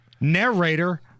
Narrator